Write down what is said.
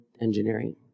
engineering